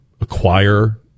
acquire